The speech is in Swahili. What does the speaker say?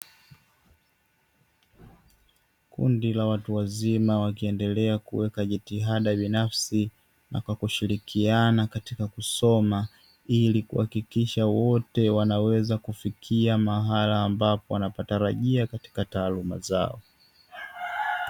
Kundi la watu wazima wakiendelea kuweka jitihada binafsi na kwa kushirikiana katika kusoma ili kuhakikisha wote wanaweza kufikia mahala ambapo wanapatarajia katika taaluma zao.